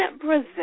Brazil